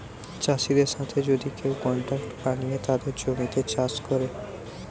চাষিদের সাথে যদি কেউ কন্ট্রাক্ট বানিয়ে তাদের জমিতে চাষ করে